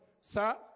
sir